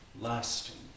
lasting